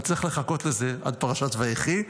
אז נצטרך לחכות לזה עד פרשת ויחי.